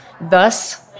Thus